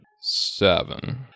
seven